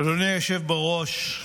אדוני היושב בראש,